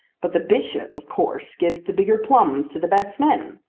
but the bishop of course gives the bigger plums to the best men.